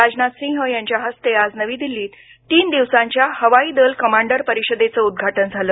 राजनाथ सिंह यांच्या हस्ते आज नवी दिल्लीत तीन दिवसांच्या हवाई दल कमांडर परिषदेचं उदघाटन झालं